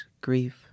grief